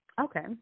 okay